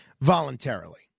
voluntarily